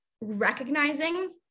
recognizing